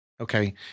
Okay